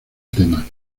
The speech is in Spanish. tema